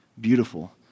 beautiful